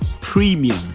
premium